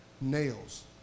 Nails